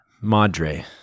madre